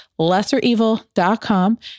LesserEvil.com